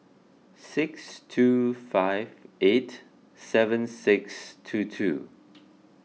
six two five eight seven six two two